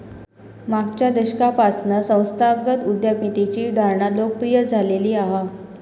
मागच्या दशकापासना संस्थागत उद्यमितेची धारणा लोकप्रिय झालेली हा